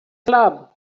club